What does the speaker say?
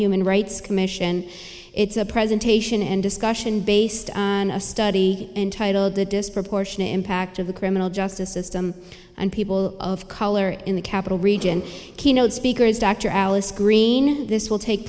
human rights commission it's a presentation and discussion based on a study entitled the disproportionate impact of the criminal justice system on people of color in the capital region keynote speakers dr alice green this will take